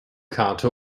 karte